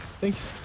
Thanks